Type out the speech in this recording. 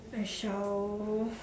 I shall